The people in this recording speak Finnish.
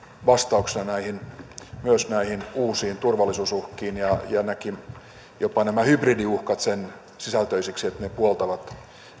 vastauksena myös näihin uusiin turvallisuusuhkiin ja näki jopa nämä hybridiuhkat sensisältöisiksi että ne puoltavat